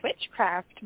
Witchcraft